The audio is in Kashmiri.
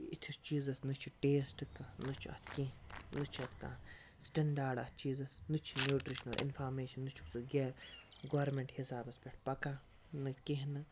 اِتھِس چیٖزَس نہَ چھُ ٹیٚسٹہٕ کانٛہہ نہَ چھُ اَتھ کیٚنٛہہ نہَ چھُ اَتھ کانٛہہ سِٹینٛڈاڈ اتھ چیٖزَس نہَ چھُ نیوٹرشنَل اِنفارمیشَن نہَ چھُکھ ژٕ کیٚنٛہہ گورنمنٹ حِسابَس پیٚٹھ پَکان نہَ کیٚنٛہہ نہٕ